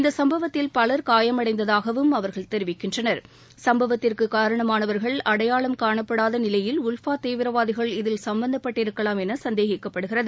இந்த சம்பவத்தில் பலர் காயமடைந்ததாகவும் அவர்கள் தெரிவிக்கின்றனர் சும்பவத்திற்கு காரணமானவா்கள் அடையாள காணப்படாத நிலையில் உல்ஃபா தீவிரவாதிகள் இதில் சம்பந்தப்பட்டிருக்கலாம் என சந்தேகிக்கப்படுகிறது